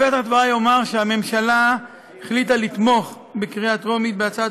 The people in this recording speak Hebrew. בפתח דברי אומר שהממשלה החליטה לתמוך בקריאה טרומית בהצעת